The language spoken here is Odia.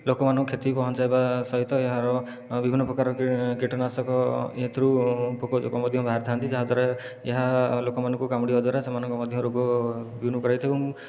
ଲୋକମାନଙ୍କୁ କ୍ଷତି ପହଞ୍ଚାଇବା ସହିତ ଏହାର ବିଭିନ୍ନ ପ୍ରକାର କୀଟନାଶକ ଏଥିରୁ ପୋକ ଜୋକ ମଧ୍ୟ ବାହାରିଥାନ୍ତି ଯାହାଦ୍ୱାରା ଏହା ଲୋକମାନଙ୍କୁ କାମୁଡ଼ିବା ଦ୍ୱାରା ସେମାନଙ୍କୁ ମଧ୍ୟ ରୋଗ ବିଭିନ୍ନ କରାଇଥାଏ ଏବଂ